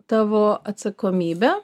tavo atsakomybė